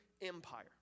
Empire